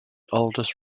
oldest